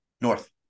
North